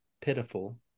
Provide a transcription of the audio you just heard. pitiful